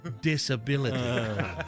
disability